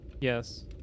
Yes